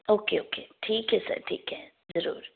okay okay ਠੀਕ ਹੈ sir ਠੀਕ ਹੈ ਜ਼ਰੂਰ